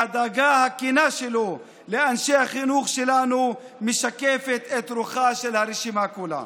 והדאגה הכנה שלו לאנשי החינוך שלנו משקפת את רוחה של הרשימה כולה.